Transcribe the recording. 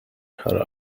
her